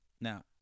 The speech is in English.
Now